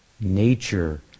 nature